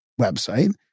website